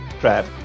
trap